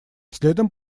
следом